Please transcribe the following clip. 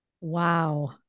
Wow